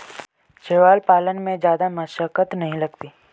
शैवाल पालन में जादा मशक्कत नहीं लगती